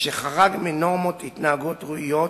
שחרג מנורמות התנהגות ראויות,